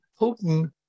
Putin